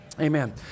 amen